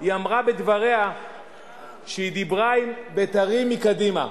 היא אמרה בדבריה שהיא דיברה עם בית"רים מקדימה.